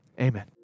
amen